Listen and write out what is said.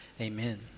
Amen